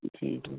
जी जी